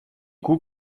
coups